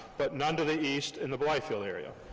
but none to the east, in the blythefield area.